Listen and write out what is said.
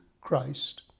Christ